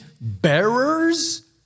bearers